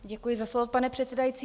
Děkuji za slovo, pane předsedající.